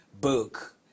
book